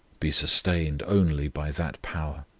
be sustained only by that power.